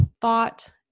thought